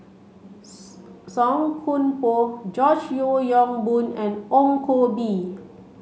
Song Koon Poh George Yeo Yong Boon and Ong Koh Bee